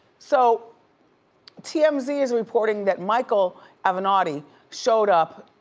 so tmz is reporting that michael avenatti showed up,